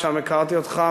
שם הכרתי אותך,